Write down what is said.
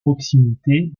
proximité